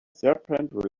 serpent